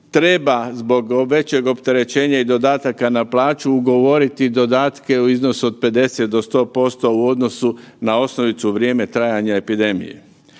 treba zbog većeg opterećenja i dodataka na plaću ugovoriti dodatke u iznosu od 50 do 100% u odnosu na osnovicu u vrijeme trajanja epidemije.